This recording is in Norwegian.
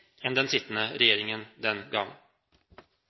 enn den sittende regjeringen den gang.